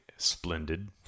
Splendid